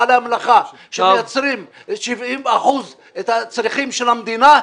בעלי המלאכה שמייצרים 70 אחוזים מצורכי המדינה,